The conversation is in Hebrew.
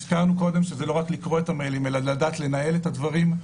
שזה לא סתם לקרוא מיילים אלא לדעת לנהל את הדברים,